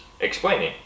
explaining